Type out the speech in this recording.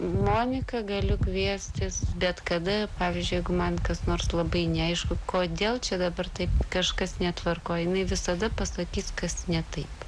moniką galiu kviestis bet kada pavyzdžiui jeigu man kas nors labai neaišku kodėl čia dabar taip kažkas netvarkoj jinai visada pasakys kas ne taip